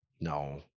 no